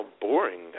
boring